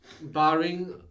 Barring